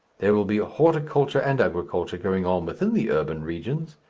there will be horticulture and agriculture going on within the urban regions,